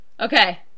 Okay